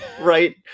Right